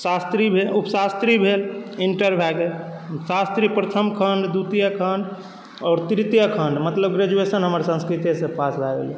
शास्त्रीय भेल उप शास्त्रीय भेल इन्टर भए गेल शास्त्रीय प्रथम खण्ड द्वितीय खण्ड आओर तृतीय खण्ड मतलब ग्रैजुएशन हम संस्कृतेसँ पास भऽ गेलियै